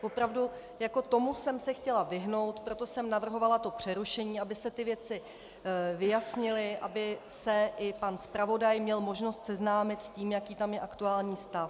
Opravdu, tomu jsem se chtěla vyhnout, proto jsem navrhovala přerušení, aby se ty věci vyjasnily, aby se i pan zpravodaj měl možnost seznámit s tím, jaký tam je aktuální stav.